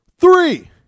three